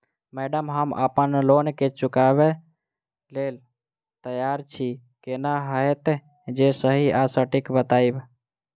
Madam हम अप्पन loan केँ चुकाबऽ लैल तैयार छी केना हएत जे सही आ सटिक बताइब?